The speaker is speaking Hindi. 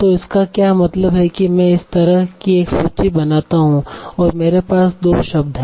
तो इसका क्या मतलब है कि मैं इस तरह की एक सूची बनाता हूं और मेरे पास 2 शब्द हैं